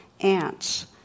ants